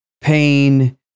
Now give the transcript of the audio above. pain